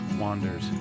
wanders